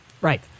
Right